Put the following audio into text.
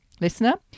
listener